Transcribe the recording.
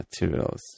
materials